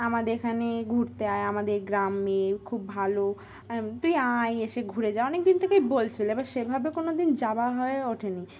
আমাদের এখানে ঘুরতে আয় আমাদের গ্রামে খুব ভালো তুই আই এসে ঘুরে যা অনেক দিন থেকেই বলছিলো এবার সেভাবে কোনো দিন যাওয়া হয়ে ওঠেনি